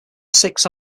six